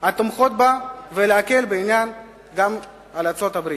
התומכות בה ולהקל בעניין גם על ארצות-הברית.